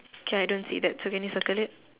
K so I don't see that so can you circle it